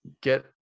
get